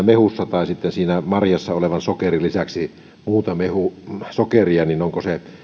mehussa tai sitten siinä marjassa olevan sokerin lisäksi muuta sokeria niin onko se